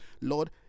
Lord